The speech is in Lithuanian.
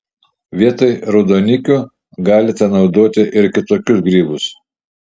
vietoj raudonikių galite naudoti ir kitokius grybus